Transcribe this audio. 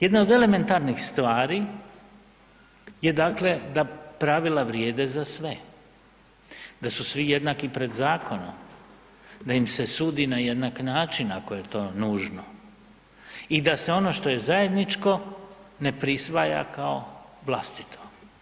Jedna od elementarnih stvari je da pravila vrijede za sve, da su svi jednaki pred zakonom, da im se sudi na jednak način ako je to nužno i da se ono što je zajedničko ne prisvaja kao vlastito.